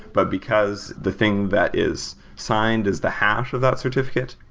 but because the thing that is signed is the hash of that certificate,